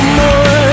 more